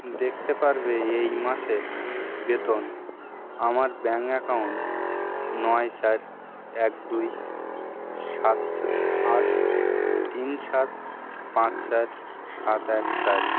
দেখতে পারবে এই মাসের বেতন আমার ব্যাঙ্ক অ্যাকাউন্ট নয় চার এক দুই সাত আট তিন সাত পাঁচ চার সাত এক চার